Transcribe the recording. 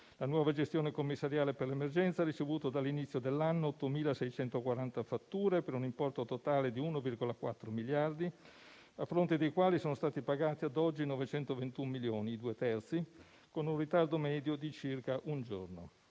La nuova gestione commissariale per l'emergenza ha ricevuto dall'inizio dell'anno 8.640 fatture, per un importo totale di 1,4 miliardi, a fronte dei quali sono stati pagati ad oggi 921 milioni (i due terzi), con un ritardo medio di circa un giorno.